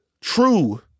true